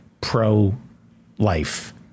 pro-life